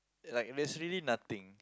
like there's really nothing